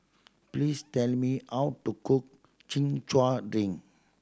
please tell me how to cook Chin Chow drink